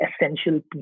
essential